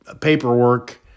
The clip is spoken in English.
paperwork